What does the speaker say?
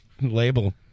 Label